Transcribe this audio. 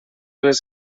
les